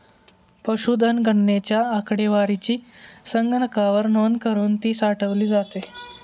पशुधन गणनेच्या आकडेवारीची संगणकावर नोंद करुन ती साठवली जाते